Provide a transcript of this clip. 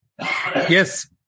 Yes